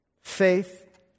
Faith